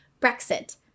Brexit